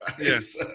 Yes